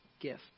gift